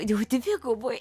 jau dvigubai